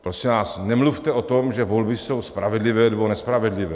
Prosím vás, nemluvte o tom, že volby jsou spravedlivé nebo nespravedlivé.